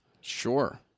Sure